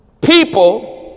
people